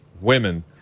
women